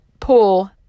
pull